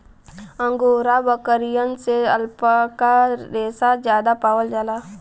angora बकरियन से alpaca रेसा जादा पावल जाला